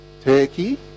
Turkey